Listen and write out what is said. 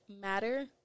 matter